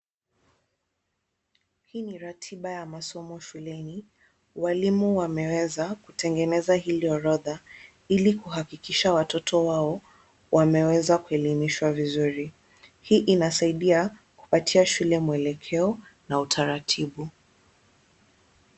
Hii ni ratiba ya masomo shuleni, walimu wameweza kutengeneza hii orodha ili kuhakikisha watoto wao wameweza kuelimishwa vizuri, hii inasaidia kupatia shule mwelekeo na utaratibu.